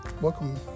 Welcome